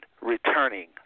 returning